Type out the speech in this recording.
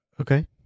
Okay